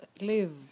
live